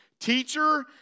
Teacher